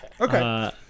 okay